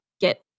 get